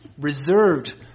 reserved